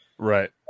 Right